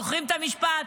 זוכרים את המשפט: